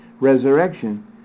resurrection